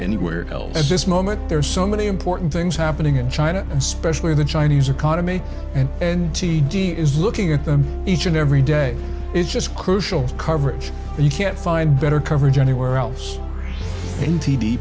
anywhere else at this moment there are so many important things happening in china especially the chinese economy and and t d is looking at them each and every day is just crucial coverage and you can't find better coverage anywhere else in t